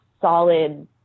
solid